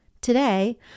Today